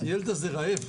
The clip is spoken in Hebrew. הילד הזה רעב.